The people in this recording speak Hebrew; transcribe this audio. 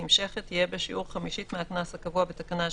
נמשכת יהיה בשיעור חמישית מהקנס הקבוע בתקנה 18,